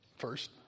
first